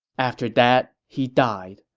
after that, he died.